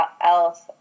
else